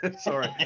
Sorry